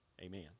amen